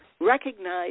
recognize